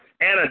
Anna